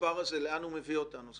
לאן מביא אותנו המספר הזה?